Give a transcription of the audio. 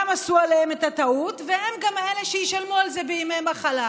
גם עשו עליהם את הטעות והם גם אלה שישלמו על זה בימי מחלה.